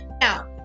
Now